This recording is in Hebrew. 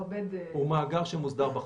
-- הוא מאגר שמוסדר בחוק.